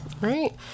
Right